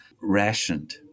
rationed